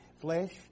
flesh